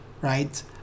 right